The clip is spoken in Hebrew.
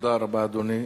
תודה רבה, אדוני.